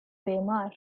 weimar